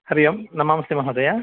हरि ओं नमांसि महोदय